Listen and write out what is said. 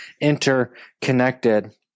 interconnected